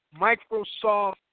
Microsoft